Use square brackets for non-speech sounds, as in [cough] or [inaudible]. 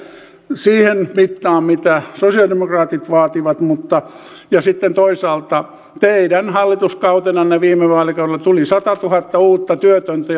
siihen mittaan mitä sosialidemokraatit vaativat ja sitten toisaalta teidän hallituskautenanne viime vaalikaudella tuli satatuhatta uutta työtöntä [unintelligible]